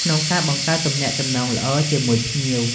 ក្នុងការបង្កើតទំនាក់ទំនងល្អជាមួយភ្ញៀវ។